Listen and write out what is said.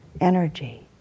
energy